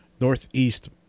Northeast